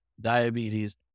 diabetes